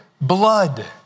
blood